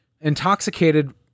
intoxicated